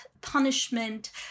punishment